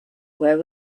where